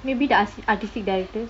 maybe the ar~ artistic directors